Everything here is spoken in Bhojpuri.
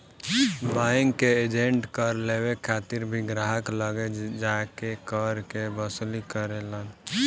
बैंक के एजेंट कर लेवे खातिर भी ग्राहक लगे जा के कर के वसूली करेलन